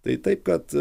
tai taip kad